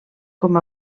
com